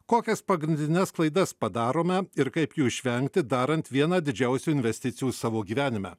kokias pagrindines klaidas padarome ir kaip jų išvengti darant vieną didžiausių investicijų savo gyvenime